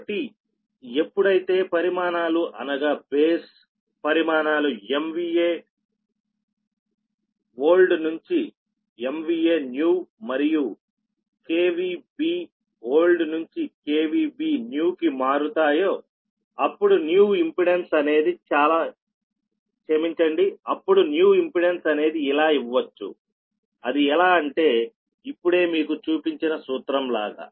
కాబట్టి ఎప్పుడైతే పరిమాణాలు అనగా బేస్ పరిమాణాలు MVA ఓల్డ్ నుంచి MVA న్యూ మరియు B ఓల్డ్ నుంచి B న్యూ కి మారుతాయోఅప్పుడు న్యూ ఇంపెడెన్స్ అనేది ఇలా ఇవ్వచ్చుఅది ఎలా అంటే ఇప్పుడే మీకు చూపించిన సూత్రం లాగా